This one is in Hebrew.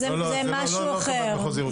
זה משהו אחר,